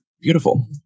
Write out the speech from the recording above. Beautiful